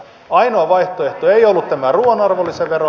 ainoa vaihtoehto ei ollut tämä ruuan arvonlisävero